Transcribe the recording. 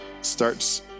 starts